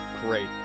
Great